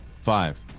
Five